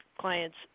clients